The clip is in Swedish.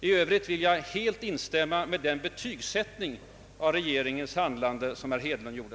I övrigt vill jag helt instämma i den betygsättning av regeringens handlande som herr Hedlund gjorde.